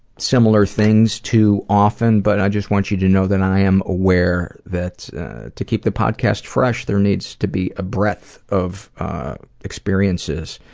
similar things too often, but i just want you to know that i am aware that's to keep the podcast fresh, there needs to be a breadth of experiences